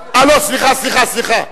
אה, סליחה, סליחה.